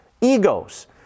egos